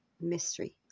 mystery